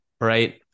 right